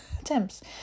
attempts